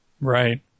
Right